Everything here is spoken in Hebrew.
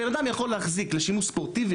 בן אדם יכול להחזיק לשימוש ספורטיבי,